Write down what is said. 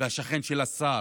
והשכן של השר,